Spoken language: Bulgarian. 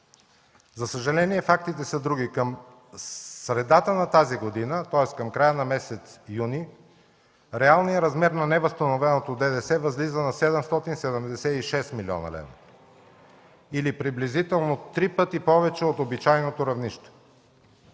За съжаление, фактите са други. Към средата на тази година, тоест към края на месец юни, реалният размер на невъзстановеното ДДС възлиза на 776 млн. лв. (шум, оживление в залата) или приблизително три пъти повече от обичайното равнище.